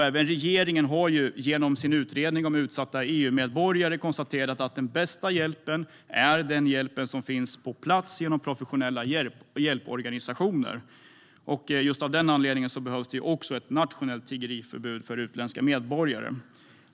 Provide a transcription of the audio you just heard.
Även regeringen har genom sin utredning om utsatta EU-medborgare konstaterat att den bästa hjälpen är den hjälp som finns på plats genom professionella hjälporganisationer. Också av denna anledning behövs ett nationellt tiggeriförbud för utländska medborgare.